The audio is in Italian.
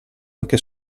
anche